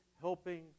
helping